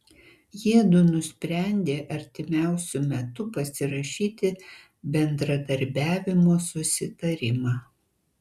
jiedu nusprendė artimiausiu metu pasirašyti bendradarbiavimo susitarimą